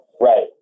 right